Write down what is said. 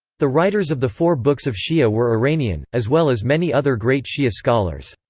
the writers of the four books of shia were iranian, as well as many other great shia scholars.